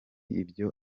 ibyo